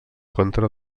contra